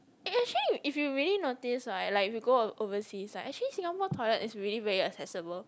eh actually if you really notice right like if you go over overseas right actually Singapore toilet is really very accessible